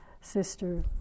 sister